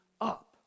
up